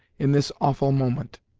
in this awful moment.